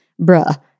bruh